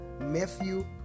Matthew